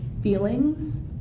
feelings